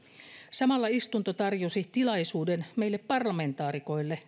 samalla istunto tarjosi tilaisuuden meille parlamentaarikoille